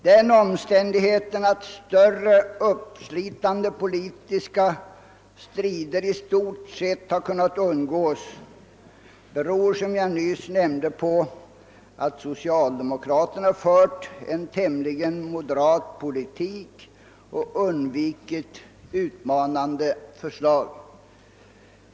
Den omständigheten att större uppslitande politiska strider i stort sett har kunnat undgås beror, såsom jag nyss nämnde, på att socialdemokraterna fört en tämligen moderat politik och undvikit utmanande förslag.